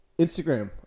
instagram